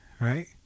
Right